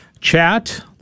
chat